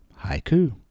haiku